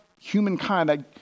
humankind